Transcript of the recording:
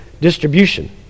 distribution